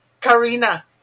Karina